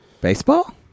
Baseball